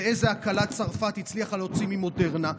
ואיזו הקלה צרפת הצליחה להוציא ממודרנה.